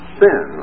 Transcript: sin